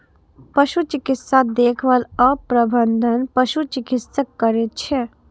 पशु चिकित्सा देखभाल आ प्रबंधन पशु चिकित्सक करै छै